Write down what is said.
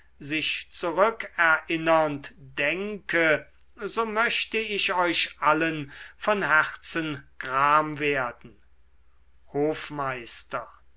sich zurückerinnernd denke so möcht ich euch allen von herzen gram werden hofmeister